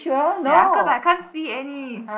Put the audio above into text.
ya cause I can't see any